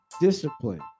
discipline